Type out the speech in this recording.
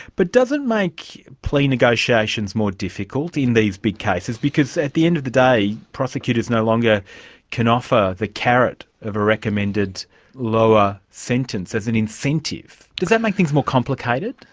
but does it make plea negotiations more difficult in these big cases, because at the end of the day prosecutors no longer can offer the carrot of a recommended lower sentence as an incentive. does that make things more complicated?